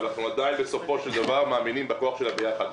אבל אנחנו בסופו של דבר מאמינים בכוח של הביחד.